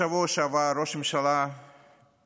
בשבוע שעבר ראש הממשלה נתניהו,